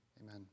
Amen